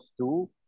two